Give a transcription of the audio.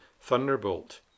Thunderbolt